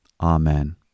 Amen